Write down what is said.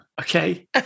Okay